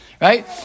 Right